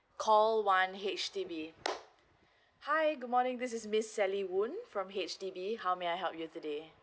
call one H_D_B hi good morning this is miss sally woon from H_D_B how may I help you today